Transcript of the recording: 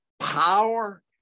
Power